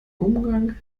umgang